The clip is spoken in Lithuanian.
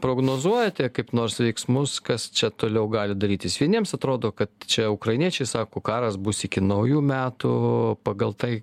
prognozuojate kaip nors veiksmus kas čia toliau gali darytis vieniems atrodo kad čia ukrainiečiai sako karas bus iki naujų metų pagal tai